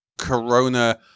corona